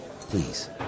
Please